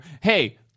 Hey